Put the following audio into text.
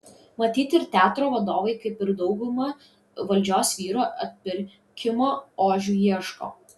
matyt ir teatro vadovai kaip ir dauguma valdžios vyrų atpirkimo ožių ieško